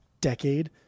decade